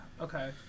okay